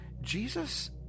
Jesus